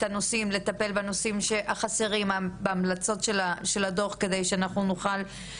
הנושאים ולטפל בנושאים החסרים מההמלצות של הדו"ח על מנת שאנחנו נוכל לראות,